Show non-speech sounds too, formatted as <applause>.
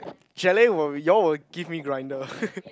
chalet will you all will give me grinder <laughs>